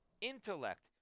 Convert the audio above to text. intellect